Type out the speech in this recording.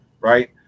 right